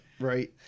Right